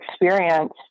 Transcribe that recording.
experience